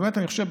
באמת אני חושב,